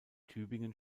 tübingen